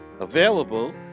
available